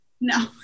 No